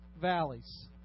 valleys